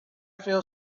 feel